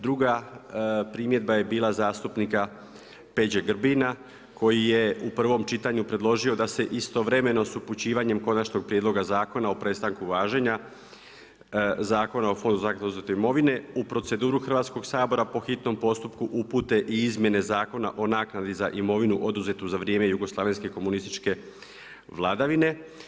Druga primjedba je bila zastupnika Peđe Grbina koji je u prvom čitanju predložio da se istovremeno sa upućivanjem Konačnog prijedloga zakona o prestanku važenja Zakona o fondu za naknadu oduzete imovine u proceduru Hrvatskoga sabora po hitnom postupku upute i izmjene Zakona o naknadi za imovinu oduzetu za vrijeme jugoslavenske komunističke vladavine.